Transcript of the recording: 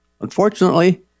Unfortunately